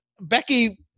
Becky